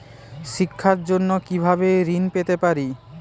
শিক্ষার জন্য কি ভাবে ঋণ পেতে পারি?